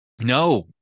No